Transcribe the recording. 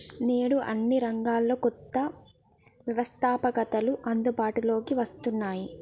నేడు అన్ని రంగాల్లో కొత్త వ్యవస్తాపకతలు అందుబాటులోకి వస్తున్నాయి